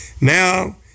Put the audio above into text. Now